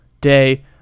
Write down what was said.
day